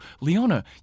Leona